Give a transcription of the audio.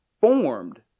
formed